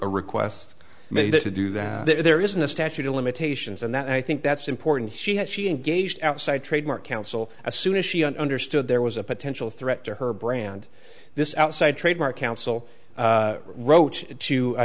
a request made to do that there isn't a statute of limitations and that i think that's important she had she engaged outside trademark counsel as soon as she understood there was a potential threat to her brand this outside trademark council wrote to